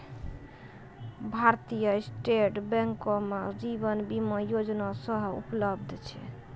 भारतीय स्टेट बैंको मे जीवन बीमा योजना सेहो उपलब्ध छै